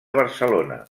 barcelona